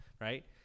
right